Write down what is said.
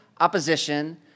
opposition